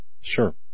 Sure